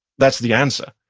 that's the answer.